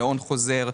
להון חוזר,